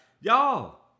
y'all